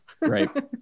Right